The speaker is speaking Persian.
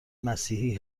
مسیحی